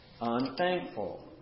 Unthankful